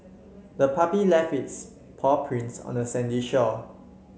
the puppy left its paw prints on the sandy shore